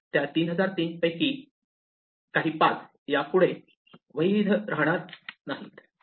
त्या 3003 पैकी काही पाथ यापुढे वैध पाथ नाहीत